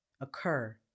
occur